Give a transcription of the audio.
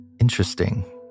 Interesting